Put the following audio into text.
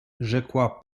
rzekła